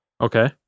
Okay